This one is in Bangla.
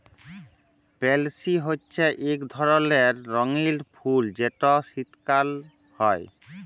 পেলসি হছে ইক ধরলের রঙ্গিল ফুল যেট শীতকাল হ্যয়